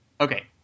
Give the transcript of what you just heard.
okay